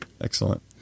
Excellent